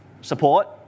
support